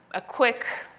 a quick